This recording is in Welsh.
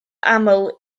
aml